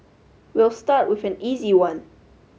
we'll start with an easy one